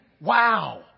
wow